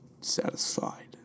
satisfied